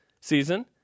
season